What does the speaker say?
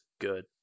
good